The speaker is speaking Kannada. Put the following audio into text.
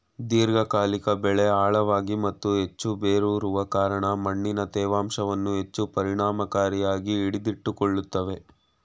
ದೀರ್ಘಕಾಲಿಕ ಬೆಳೆ ಆಳವಾಗಿ ಮತ್ತು ಹೆಚ್ಚು ಬೇರೂರುವ ಕಾರಣ ಮಣ್ಣಿನ ತೇವಾಂಶವನ್ನು ಹೆಚ್ಚು ಪರಿಣಾಮಕಾರಿಯಾಗಿ ಹಿಡಿದಿಟ್ಟುಕೊಳ್ತವೆ